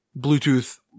Bluetooth